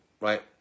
right